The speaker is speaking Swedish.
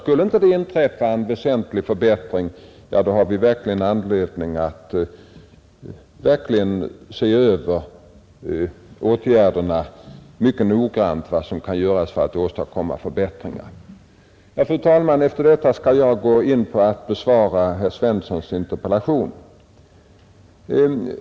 Skulle inte då en väsentlig förbättring inträffa, har vi verkligen anledning att i viss mån ompröva våra åtgärder. Fru talman! Efter detta ber jag att få besvara herr Svenssons i Malmö interpellation.